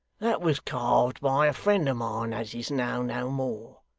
that was carved by a friend of mine, as is now no more.